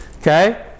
Okay